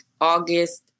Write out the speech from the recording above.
August